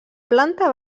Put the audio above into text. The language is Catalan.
planta